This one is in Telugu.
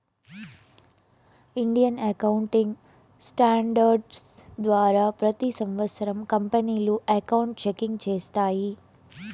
ఇండియన్ అకౌంటింగ్ స్టాండర్డ్స్ ద్వారా ప్రతి సంవత్సరం కంపెనీలు అకౌంట్ చెకింగ్ చేస్తాయి